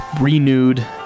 renewed